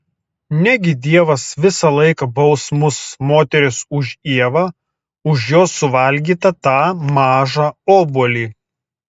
negi dievas visą laiką baus mus moteris už ievą už jos suvalgytą tą mažą obuolį